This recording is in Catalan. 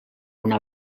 una